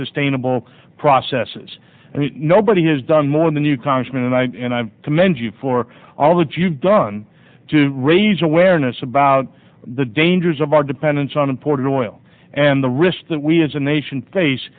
sustainable processes and nobody has done more than you congressman and i commend you for all that you've done to raise awareness about the dangers of our dependence on imported oil and the risks that we as a nation face